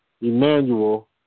Emmanuel